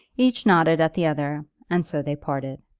each nodded at the other, and so they parted.